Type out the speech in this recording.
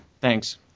thanks